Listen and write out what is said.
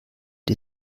die